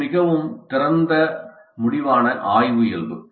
இது மிகவும் திறந்த முடிவான ஆய்வு இயல்பு